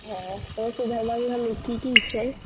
हँ ओहिके धरि नामी नामी की की छै